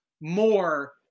more